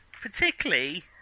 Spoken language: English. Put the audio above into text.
particularly